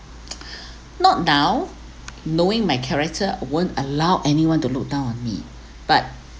not now knowing my character I won't allow anyone to look down on me but